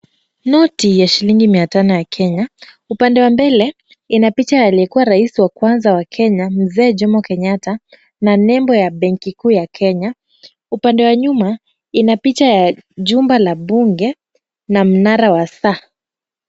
Noti ya shilingi mia tano ya Kenya. Upande wa mbele ina picha ya aliyekuwa rais wa kwanza wa Kenya, Mzee Jomo Kenyatta na nembo ya Benki Kuu ya Kenya. Upande wa nyuma ina picha ya Jumba la bunge na mnara wa saa.